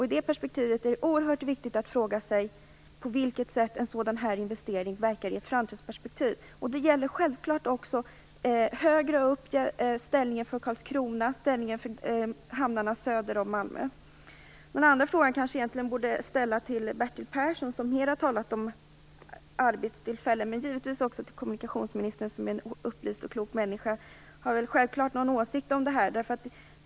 I det perspektivet är det oerhört viktigt att fråga sig på vilket sätt en sådan här investering verkar i ett framtidsperspektiv. Det gäller självfallet också att stärka Karlskronas ställning liksom hamnarna söder om Malmö. Min andra fråga borde jag kanske egentligen ställa till Bertil Persson, som har talat mycket om arbetstillfällen. Men givetvis bör frågan också ställas till kommunikationsministern, som är en upplyst och klok människa. Hon har säkert någon åsikt om detta.